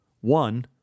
One